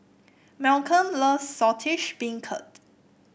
Malcom loves Saltish Beancurd